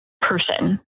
person